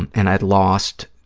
and and i lost